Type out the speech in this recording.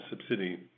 subsidy